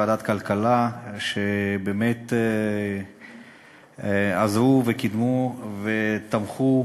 ועדת הכלכלה, שבאמת עזרו וקידמו ותמכו